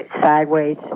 sideways